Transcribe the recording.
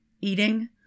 eating